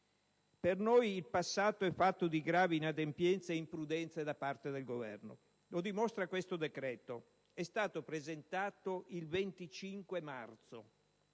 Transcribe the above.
Per noi il passato è fatto di gravi inadempienze e imprudenze da parte del Governo. Lo dimostra questo decreto: è stato presentato il 25 marzo,